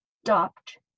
stopped